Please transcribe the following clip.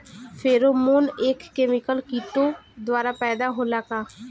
Pheromone एक chemical किटो द्वारा पैदा होला का?